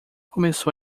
começou